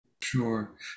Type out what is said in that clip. Sure